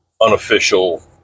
unofficial